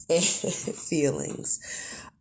Feelings